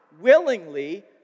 willingly